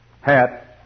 hat